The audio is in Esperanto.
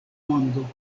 mondo